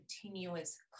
continuous